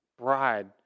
bride